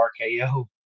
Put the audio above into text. RKO